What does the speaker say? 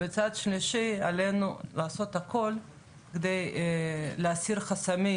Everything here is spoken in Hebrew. מצד שלישי עלינו לעשות הכול כדי להסיר חסמים